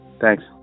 Thanks